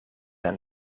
aan